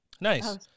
nice